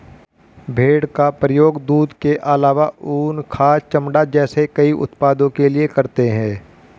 भेड़ का प्रयोग दूध के आलावा ऊन, खाद, चमड़ा जैसे कई उत्पादों के लिए करते है